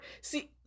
See